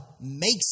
makes